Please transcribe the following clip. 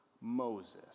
Moses